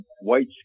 white